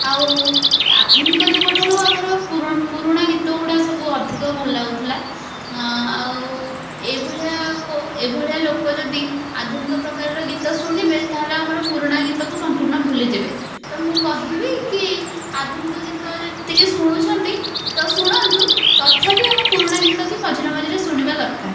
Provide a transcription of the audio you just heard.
ଆଉ ଆଧୁନିକ ଯୁଗଠାରୁ ଆମର ପୁରୁଣା ଗୀତଗୁଡ଼ା ସବୁ ଅଧିକ ଭଲ ଲାଗୁଥିଲା ଆଉ ଏଇଭଳିଆ କୋ ଏଭଳିଆ ଲୋକ ଯଦି ଆଧୁନିକ ପ୍ରକାରର ଗୀତ ଶୁଣିବେ ତାହେଲେ ଆମର ପୁରୁଣା ଗୀତକୁ ସମ୍ପୂର୍ଣ୍ଣ ଭୁଲିଯିବେ ତ ମୁଁ କହିବି କି ଆଧୁନିକ ଗୀତ ଯେତିକି ଶୁଣୁଛନ୍ତି ତ ଶୁଣନ୍ତୁ ତଥାପି ଆମ ପୁରୁଣା ଗୀତ କି ମଝିରେ ମଝିରେ ଶୁଣିବା ଦରକାର